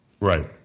right